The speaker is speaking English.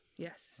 Yes